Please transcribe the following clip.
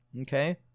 Okay